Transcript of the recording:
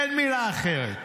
אין מילה אחרת.